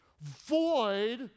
Void